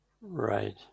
Right